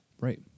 Right